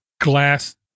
Glass